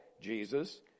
Jesus